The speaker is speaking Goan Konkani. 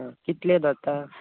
कितले जाता